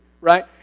Right